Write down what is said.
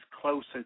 closer